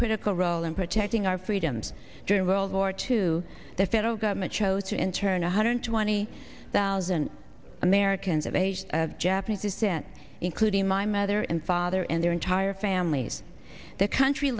critical role in protecting our freedoms during world war two the federal government chose to in turn a hundred twenty thousand americans of age of japanese descent including my mother and father and their entire families the country